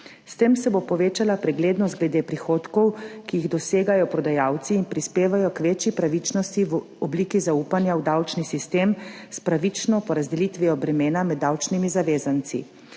S tem se bo povečala preglednost glede prihodkov, ki jih dosegajo prodajalci in prispevajo k večji pravičnosti v obliki zaupanja v davčni sistem s pravično porazdelitvijo bremena med davčnimi zavezanci.